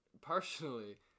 personally